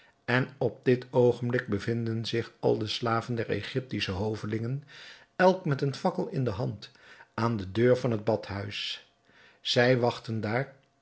en op dit oogenblik bevinden zich al de slaven der egyptische hovelingen elk met een fakkel in de hand aan de deur van het badhuis zij wachten daar